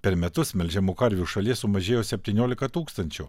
per metus melžiamų karvių šalyje sumažėjo septyniolika tūkstančių